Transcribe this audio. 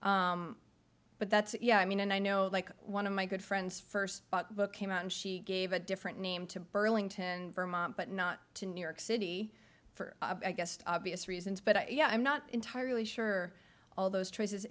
way but that's yeah i mean and i know like one of my good friends first book came out and she gave a different name to burlington vermont but not to new york city for i guessed obvious reasons but yeah i'm not entirely sure all those